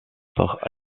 par